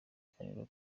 ikiganiro